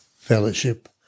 Fellowship